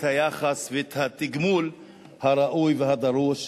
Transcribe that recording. את היחס והתגמול הראוי והדרוש,